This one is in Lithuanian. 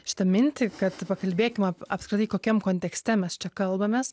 šitą mintį kad pakalbėkim ap apskritai kokiam kontekste mes čia kalbamės